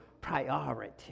priority